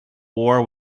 war